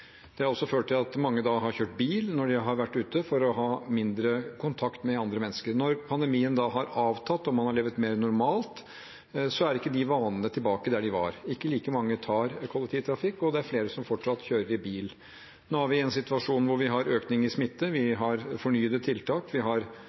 Det har også ført til at mange har kjørt bil når de har vært ute, for å ha mindre kontakt med andre mennesker. Når pandemien har avtatt og man har levd mer normalt, er ikke de vanene tilbake der de var. Ikke like mange kjører kollektivt, og det er flere som fortsatt kjører bil. Nå er vi i en situasjon hvor vi har økning i smitten. Vi